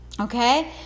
okay